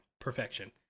Perfection